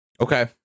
Okay